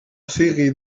sigui